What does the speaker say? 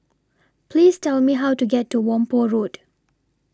Please Tell Me How to get to Whampoa Road